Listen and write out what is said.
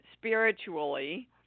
spiritually